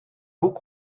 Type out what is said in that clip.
boek